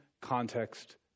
context